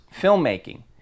filmmaking